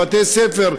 בתי-ספר,